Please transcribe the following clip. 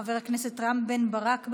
חבר הכנסת רם בן ברק,